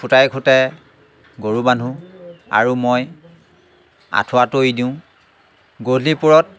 খুঁটাই খুঁটাই গৰু বান্ধো আৰু মই আঁঠুৱা তৰি দিওঁ গধূলিপৰত